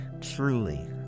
Truly